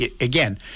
again